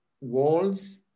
walls